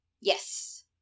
Yes